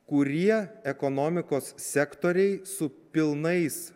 kurie ekonomikos sektoriai su pilnais